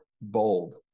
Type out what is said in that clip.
bold